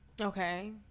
Okay